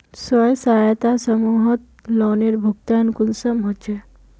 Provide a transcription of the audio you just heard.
स्वयं सहायता समूहत लोनेर भुगतान कुंसम होचे?